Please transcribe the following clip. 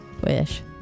wish